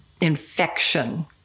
infection